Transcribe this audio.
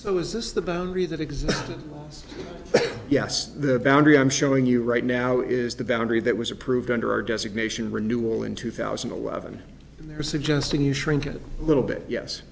so is this the boundary that existed yes the boundary i'm showing you right now is the boundary that was approved under our designation renewal in two thousand and eleven and they're suggesting you shrink it a little bit yes